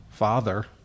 father